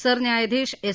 सरन्यायाधीश एस